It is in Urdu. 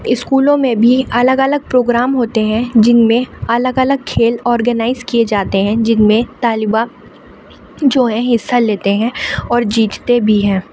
اسکولوں میں بھی الگ الگ پروگرام ہوتے ہیں جن الگ الگ کھیل آرگنائز کیے جاتے ہیں جن میں طالبات جو ہیں حصہ لیتے ہیں اور جیتتے بھی ہیں